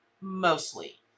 mostly